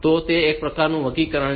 તો તે એક પ્રકારનું વર્ગીકરણ છે